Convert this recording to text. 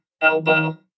elbow